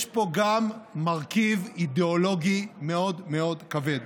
יש פה גם מרכיב אידיאולוגי מאוד מאוד כבד.